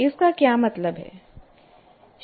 इसका क्या मतलब है